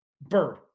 bird